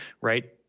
right